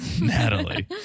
Natalie